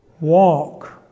walk